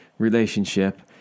relationship